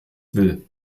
will